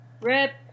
Rip